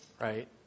Right